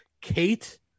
Kate